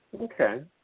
Okay